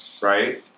right